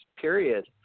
period